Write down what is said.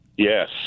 Yes